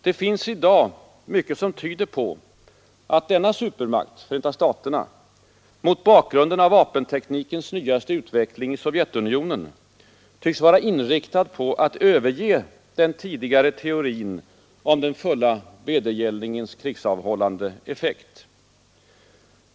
Det finns i dag mycket som tyder på att denna supermakt, Förenta staterna, mot bakgrunden av vapenteknikens nyaste utveckling i Sovjetunionen tycks vara inriktad på att överge den tidigare teorin om den fulla vedergällningens krigsavhållande effekt.